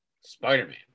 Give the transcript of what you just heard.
spider-man